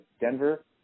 Denver